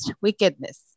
wickedness